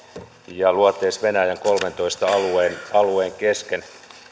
ja luoteis venäjän kolmentoista alueen alueen kesken